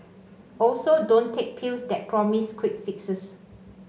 also don't take pills that promise quick fixes